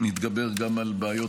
שנתגבר גם על בעיות,